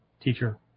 Teacher